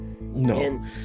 no